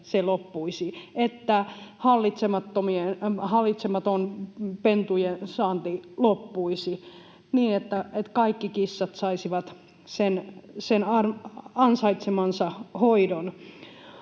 että hallitsematon pentujen saanti loppuisi, niin että kaikki kissat saisivat sen ansaitsemansa hoidon.